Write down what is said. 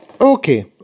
okay